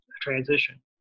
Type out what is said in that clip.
transition